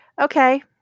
okay